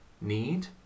need